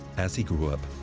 as he grew up,